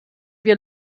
wir